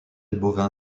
bovin